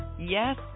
Yes